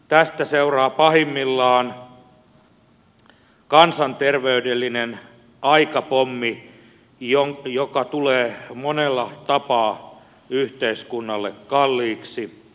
tästä seuraa pahimmillaan kansanterveydellinen aikapommi joka tulee monella tapaa yhteiskunnalle kalliiksi